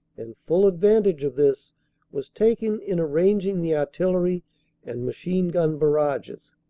and full advantage of this was taken in arranging the artillery and machine-gun barrages.